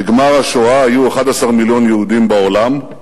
בגמר השואה היו 11 מיליון יהודים בעולם.